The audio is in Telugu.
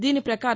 దీని ప్రకారం